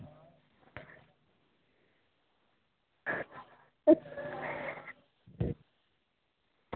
अं